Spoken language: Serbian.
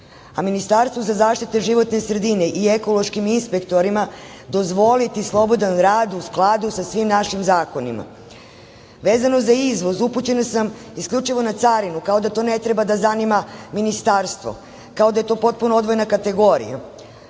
a Ministarstvu za zaštitu životne sredine i ekološkim inspektorima dozvoliti slobodan rad u skladu sa svim našim zakonima? Vezano za izvoz, upućena sam isključivo na carinu, kao da to ne treba da zanima ministarstvo, kao da je to potpuno odvojena kategorija.